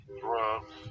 drugs